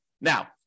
Now